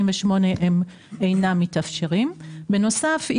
שאינם מתאפשרים בתמ"א 38. בנוסף,